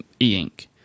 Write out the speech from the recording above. e-ink